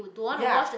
ya